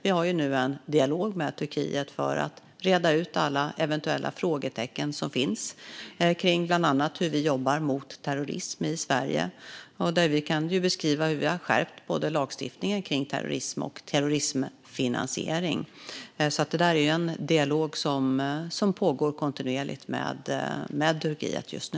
Vi har nu en dialog med Turkiet för att räta ut alla eventuella frågetecken, bland annat när det gäller hur vi jobbar mot terrorism i Sverige. Vi kan beskriva hur vi har skärpt lagstiftningen kring både terrorism och terrorismfinansiering. Detta är en dialog med Turkiet som pågår kontinuerligt just nu.